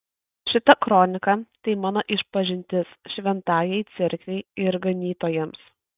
šita kronika tai mano išpažintis šventajai cerkvei ir ganytojams